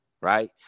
right